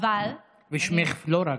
אבל, וגם שמך פלורה.